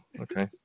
okay